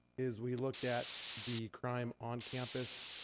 is we looked at the crime on campus,